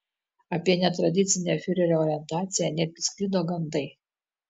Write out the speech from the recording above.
apie netradicinę fiurerio orientaciją netgi sklido gandai